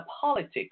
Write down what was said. politics